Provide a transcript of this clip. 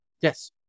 yes